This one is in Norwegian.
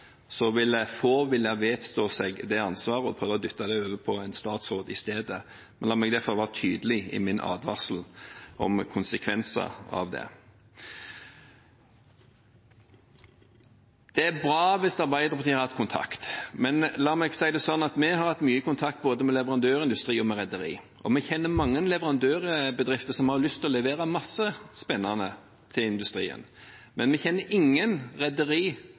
så vil få vedstå seg det ansvaret og prøve å dytte det på en statsråd isteden. La meg derfor være tydelig i min advarsel om konsekvenser av det. Det er bra hvis Arbeiderpartiet har hatt kontakt. Men la meg si det sånn at vi har hatt mye kontakt både med leverandørindustrien og med rederier. Vi kjenner mange leverandørbedrifter som har lyst til å levere masse spennende til industrien, men vi kjenner ingen